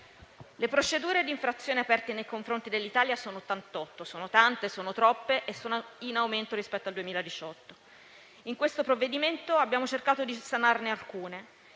Le procedure di infrazione aperte nei confronti dell'Italia sono 88. Sono tante, sono troppe e sono in aumento rispetto al 2018. In questo provvedimento abbiamo cercato di sanarne alcune.